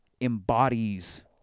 embodies